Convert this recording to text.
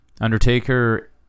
Undertaker